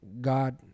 God